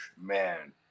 man